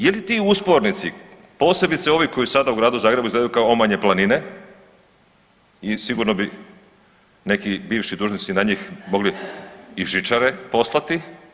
Je li ti uspornici, posebice koji sada u gradu Zagrebu izgledaju kao omanje planine i sigurno bi neki bivši dužnosnici na njih mogli i žičare poslati.